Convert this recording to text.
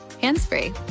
hands-free